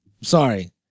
Sorry